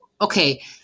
okay